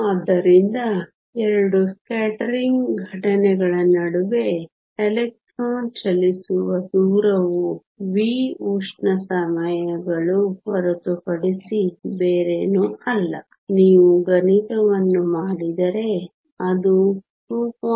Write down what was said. ಆದ್ದರಿಂದ ಎರಡು ಸ್ಕ್ಯಾಟರಿಂಗ್ ಘಟನೆಗಳ ನಡುವೆ ಎಲೆಕ್ಟ್ರಾನ್ ಚಲಿಸುವ ದೂರವು v ಉಷ್ಣ ಸಮಯಗಳು ಹೊರತುಪಡಿಸಿ ಬೇರೇನೂ ಅಲ್ಲ ನೀವು ಗಣಿತವನ್ನು ಮಾಡಿದರೆ ಅದು 2